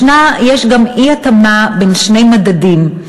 יש גם אי-התאמה בין שני מדדים,